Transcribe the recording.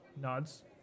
nods